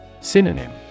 Synonym